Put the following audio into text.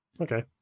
Okay